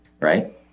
right